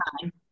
time